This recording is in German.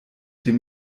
dem